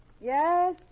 Yes